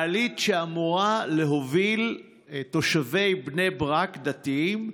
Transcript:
מעלית שאמורה להוביל תושבי בני ברק, דתיים,